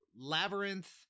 labyrinth